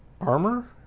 armor